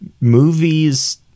movies